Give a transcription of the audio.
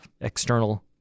external